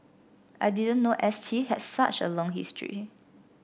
I didn't know S T had such a long history